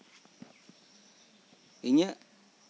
ᱤᱧᱟᱹᱜ